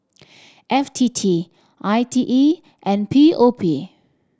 F T T I T E and P O P